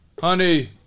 Honey